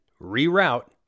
reroute